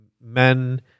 men